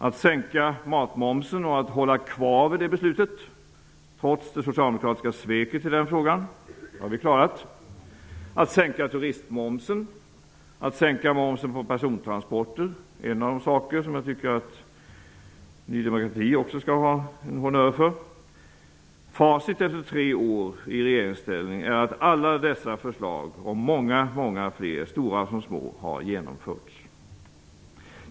att sänka matmomsen och att hålla fast vid det beslutet, trots det socialdemokratiska sveket i den frågan; det har vi klarat. --att sänka turistmomsen och momsen på persontransporter; det är en av de saker som jag tycker att också Ny demokrati skall har en eloge för. Facit efter tre år i regeringsställning är att alla dessa förslag och många fler, stora som små, har genomförts.